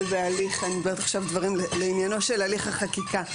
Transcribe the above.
אני אומרת עכשיו דברים לעניינו של הליך חקיקה.